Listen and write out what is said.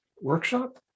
workshop